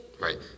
right